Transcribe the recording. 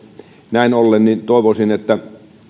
näin ollen toivoisin